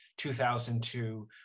2002